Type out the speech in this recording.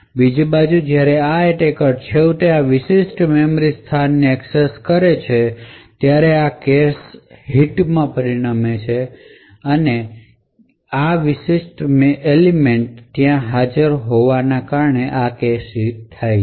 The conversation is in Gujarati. બીજી બાજુએ જ્યારે આ એટેકર છેવટે આ વિશિષ્ટ મેમરી સ્થાનને એક્સેસ કરે છે ત્યારે આ કેશ માં આ વિશિષ્ટ એલિમેંટ હાજર હોવાના કારણે તે કેશ હિટ મેળવશે